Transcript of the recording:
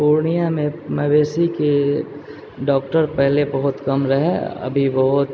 पूर्णियामे मवेशीके डॉक्टर पहले बहुत कम रहै अभी बहुत